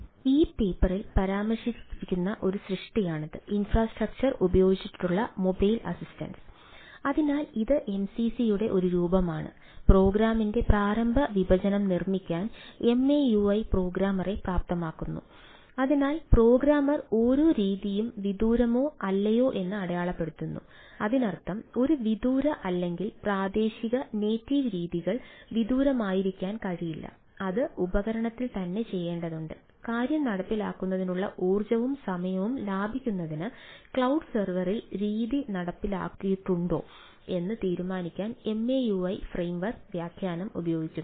അതിനാൽ ഈ പേപ്പറിൽ പരാമർശിച്ചിരിക്കുന്ന ഒരു സൃഷ്ടിയാണിത് ഇൻഫ്രാസ്ട്രക്ചർ ഉപയോഗിച്ചുള്ള മൊബൈൽ സെർവറിൽ രീതി നടപ്പിലാക്കേണ്ടതുണ്ടോ എന്ന് തീരുമാനിക്കാൻ MAU ഫ്രെയിംവർക്ക് വ്യാഖ്യാനം ഉപയോഗിക്കുന്നു